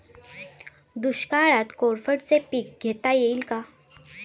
दुष्काळात कोरफडचे पीक घेता येईल का?